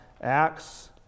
Acts